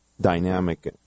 dynamic